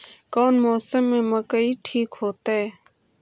कौन मौसम में मकई ठिक होतइ?